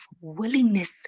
willingness